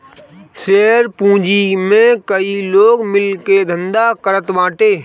share पूंजी में कई लोग मिल के धंधा करत बाटे